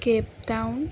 Cape Town